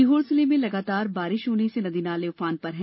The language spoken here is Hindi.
सीहोर जिले में लगातार बारिश से नदी नाले उफान पर हैं